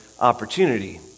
opportunity